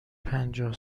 پنجاه